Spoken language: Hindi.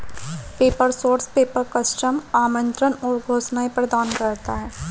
पेपर सोर्स पेपर, कस्टम आमंत्रण और घोषणाएं प्रदान करता है